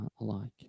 alike